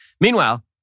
Meanwhile